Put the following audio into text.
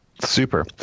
Super